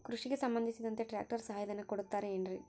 ಕೃಷಿಗೆ ಸಂಬಂಧಿಸಿದಂತೆ ಟ್ರ್ಯಾಕ್ಟರ್ ಸಹಾಯಧನ ಕೊಡುತ್ತಾರೆ ಏನ್ರಿ?